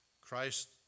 Christ